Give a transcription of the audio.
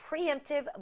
preemptive